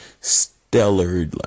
stellar